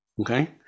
Okay